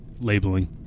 Labeling